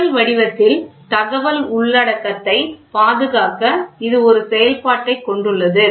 அசல் வடிவத்தில் தகவல் உள்ளடக்கத்தை பாதுகாக்க இது ஒரு செயல்பாட்டைக் கொண்டுள்ளது